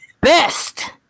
best